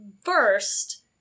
First